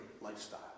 lifestyle